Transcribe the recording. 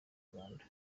rwanda